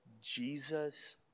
Jesus